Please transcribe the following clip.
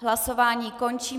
Hlasování končím.